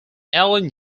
ellen